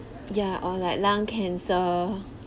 ya or like lung cancer